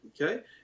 Okay